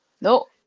No